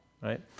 right